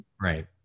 Right